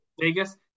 Vegas